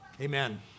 amen